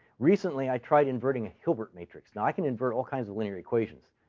recently, i tried inverting a hilbert matrix. now, i can convert all kinds of linear equations.